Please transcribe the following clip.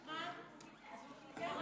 מה לעשות.